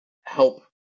help